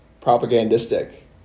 propagandistic